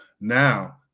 Now